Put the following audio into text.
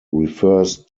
refers